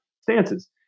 stances